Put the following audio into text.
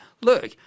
look